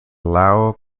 lau